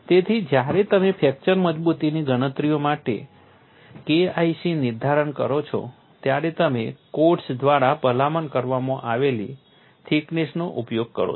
તેથી જ્યારે તમે ફ્રેક્ચર મજબૂતીની ગણતરીઓ માટે KIC નિર્ધારણ કરો છો ત્યારે તમે કોડ્સ દ્વારા ભલામણ કરવામાં આવેલી થિકનેસનો ઉપયોગ કરો છો